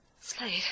Slade